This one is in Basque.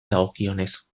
dagokionez